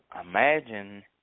Imagine